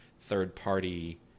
third-party